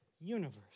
universe